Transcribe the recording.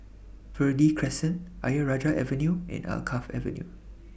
Verde Crescent Ayer Rajah Avenue and Alkaff Avenue